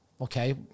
Okay